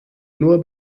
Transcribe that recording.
nur